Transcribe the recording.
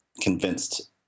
convinced